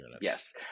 Yes